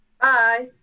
Bye